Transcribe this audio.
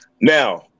Now